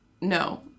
no